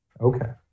Okay